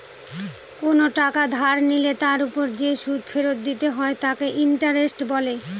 কোন টাকা ধার নিলে তার ওপর যে সুদ ফেরত দিতে হয় তাকে ইন্টারেস্ট বলে